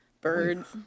birds